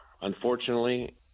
unfortunately